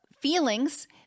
feelings